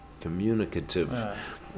communicative